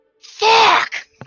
fuck